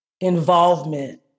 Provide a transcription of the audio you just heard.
involvement